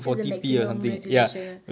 that's the maximum resolution ah